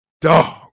Dog